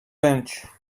bench